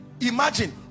Imagine